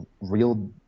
real